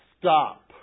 stop